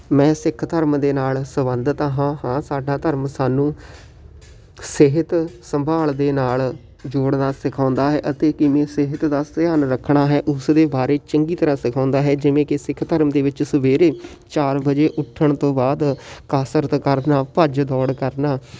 ਮੈਂ ਸਿੱਖ ਧਰਮ ਦੇ ਨਾਲ ਸੰਬੰਧਿਤ ਹਾਂ ਹਾਂ ਸਾਡਾ ਧਰਮ ਸਾਨੂੰ ਸਿਹਤ ਸੰਭਾਲ ਦੇ ਨਾਲ ਜੋੜਨਾ ਸਿਖਾਉਂਦਾ ਹੈ ਅਤੇ ਕਿਵੇਂ ਸਿਹਤ ਦਾ ਧਿਆਨ ਰੱਖਣਾ ਹੈ ਉਸਦੇ ਬਾਰੇ ਚੰਗੀ ਤਰ੍ਹਾਂ ਸਿਖਾਉਂਦਾ ਹੈ ਜਿਵੇਂ ਕਿ ਸਿੱਖ ਧਰਮ ਦੇ ਵਿੱਚ ਸਵੇਰੇ ਚਾਰ ਵਜੇ ਉੱਠਣ ਤੋਂ ਬਾਅਦ ਕਸਰਤ ਕਰਨਾ ਭੱਜ ਦੌੜ ਕਰਨਾ